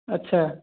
ଆଚ୍ଛା